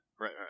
Right